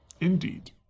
Indeed